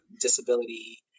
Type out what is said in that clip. disability